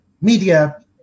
media